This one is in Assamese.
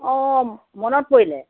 অঁ মনত পৰিলে